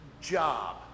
job